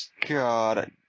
god